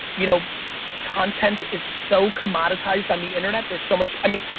you know content is so commoditized on the internet, there's so much i mean,